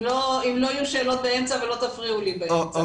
אם לא יהיו שאלות ולא תפריעו לי באמצע.